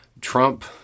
Trump